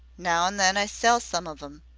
now an' then i sell some of em.